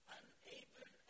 unable